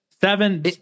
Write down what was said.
seven